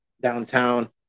Downtown